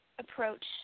Approach